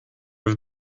have